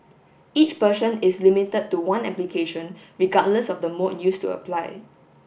each person is limited to one application regardless of the mode used to apply